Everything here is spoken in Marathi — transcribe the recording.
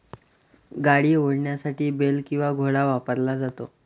गाडी ओढण्यासाठी बेल किंवा घोडा वापरला जातो